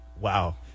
Wow